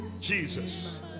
Jesus